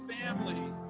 family